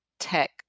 tech